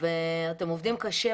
ואתם עובדים קשה,